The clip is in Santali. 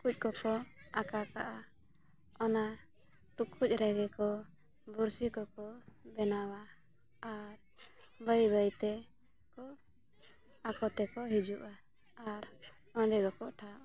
ᱴᱩᱠᱩᱡ ᱠᱚᱠᱚ ᱟᱠᱟ ᱠᱟᱜᱟ ᱚᱱᱟ ᱴᱩᱠᱩᱡ ᱨᱮᱜᱮ ᱠᱚ ᱵᱩᱨᱥᱤ ᱠᱚ ᱠᱚ ᱵᱮᱱᱟᱣᱟ ᱟᱨ ᱵᱟᱹᱭ ᱵᱟᱹᱭ ᱛᱮ ᱠᱚ ᱟᱠᱚ ᱛᱮᱠᱚ ᱦᱤᱡᱩᱜᱼᱟ ᱟᱨ ᱚᱸᱰᱮ ᱜᱮᱠᱚ ᱴᱷᱟᱶᱚᱜᱼᱟ